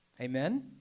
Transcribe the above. Amen